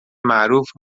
معروف